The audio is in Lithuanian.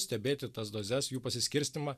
stebėti tas dozes jų pasiskirstymą